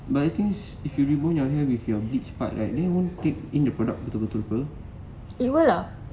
but I think if you remove your hair with your bleach part right like then won't take in the product betul-betul apa